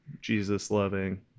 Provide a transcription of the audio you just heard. Jesus-loving